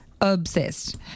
Obsessed